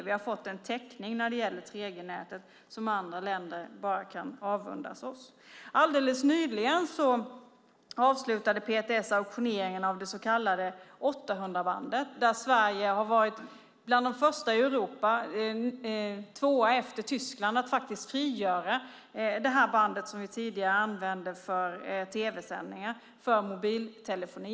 Vi har fått en täckning när det gäller 3G-nätet som andra länder bara kan avundas oss. Alldeles nyligen avslutade PTS auktioneringen av det så kallade 800-bandet, där Sverige har varit bland de första i Europa - tvåa efter Tyskland - med att frigöra detta band, som tidigare användes för tv-sändningar, för mobiltelefoni.